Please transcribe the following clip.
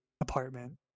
apartment